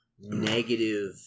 negative